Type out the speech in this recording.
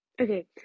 Okay